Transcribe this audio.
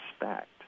respect